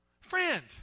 Friend